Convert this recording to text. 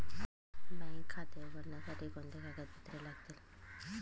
Bank खाते उघडण्यासाठी कोणती कागदपत्रे लागतील?